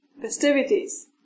festivities